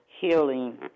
healing